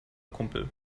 kumpel